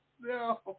no